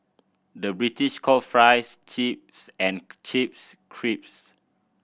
the British call fries chips and chips crisps